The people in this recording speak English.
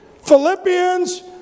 Philippians